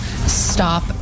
stop